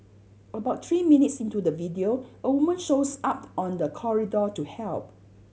about three minutes into the video a woman shows up on the corridor to help